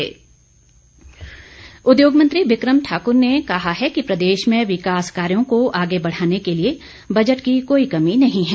बिक्रम ठाकुर उद्योग मंत्री बिक्रम ठाक्र ने कहा है कि प्रदेश में विकास कार्यो को आगे बढ़ाने के लिए बजट की कोई कमी नहीं है